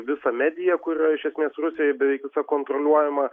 visą mediją kur yra iš esmės rusijoj beveik visa kontroliuojama